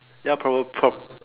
ya proba prob